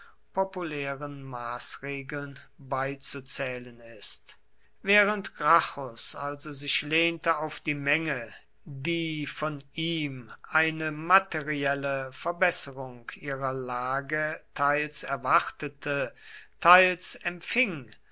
populären maßregeln beizuzählen ist während gracchus also sich lehnte auf die menge die von ihm eine materielle verbesserung ihrer lage teils erwartete teils empfing